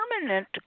permanent